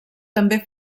també